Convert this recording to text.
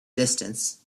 distance